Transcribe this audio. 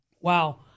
Wow